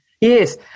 yes